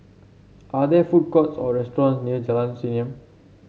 are there food courts or restaurants near Jalan Senyum